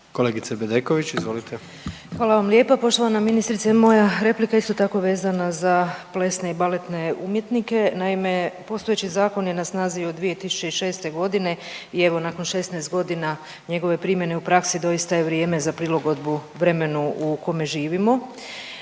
izvolite. **Bedeković, Vesna (HDZ)** Hvala vam lijepa poštovana ministrice. Moja replika isto tako vezana za plesne i baletne umjetnike. Naime, postojeći zakon je na snazi od 2006. g. i evo nakon 16 godina njegove primjene u praksi, doista je vrijeme za prilagodbu vremenu u kome živimo.